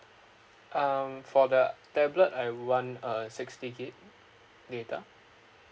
um for the tablet I want uh sixty gig data